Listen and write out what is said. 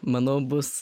manau bus